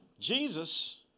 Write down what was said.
Jesus